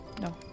No